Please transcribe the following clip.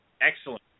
Excellent